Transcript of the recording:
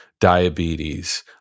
diabetes